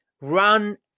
run